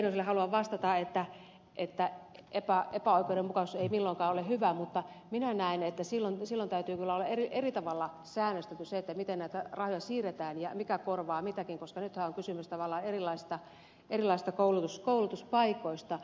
heinoselle haluan vastata että epäoikeudenmukaisuus ei milloinkaan ole hyvä mutta minä näen että silloin täytyy kyllä olla eri tavalla säännöstö miten näitä rahoja siirretään ja mikä korvaa mitäkin koska nythän on kysymys tavallaan erilaisista koulutuspaikoista